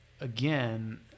again